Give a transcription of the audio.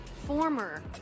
Former